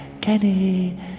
Kenny